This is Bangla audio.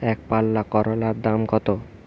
একপাল্লা করলার দাম কত?